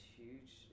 huge